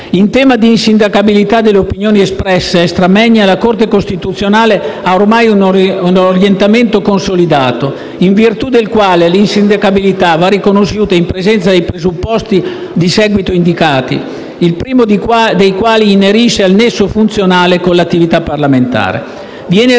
In tema di insindacabilità delle opinioni espresse *extra moenia*, la Corte costituzionale ha ormai un orientamento consolidato, in virtù del quale l'insindacabilità va riconosciuta in presenza dei presupposti di seguito indicati, il primo dei quali inerisce al nesso funzionale con l'attività parlamentare.